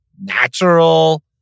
natural